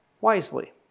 wisely